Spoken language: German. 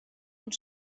und